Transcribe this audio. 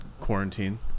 quarantine